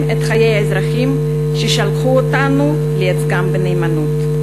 את חיי האזרחים ששלחו אותנו לייצגם בנאמנות.